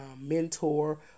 mentor